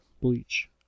Bleach